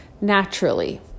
naturally